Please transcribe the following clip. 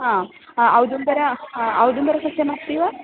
आम् औदुम्बरम् औदुम्बरं सस्यमस्ति वा